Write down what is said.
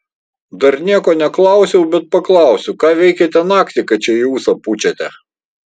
dar nieko neklausiau bet paklausiu ką veikėte naktį kad čia į ūsą pučiate